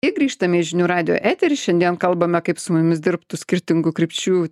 ir grįžtame į žinių radijo eterį šiandien kalbame kaip su mumis dirbtų skirtingų krypčių